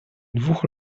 dwóch